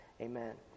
Amen